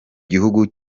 gihugu